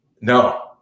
No